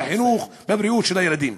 בחינוך ובבריאות של הילדים.